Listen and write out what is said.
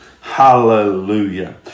Hallelujah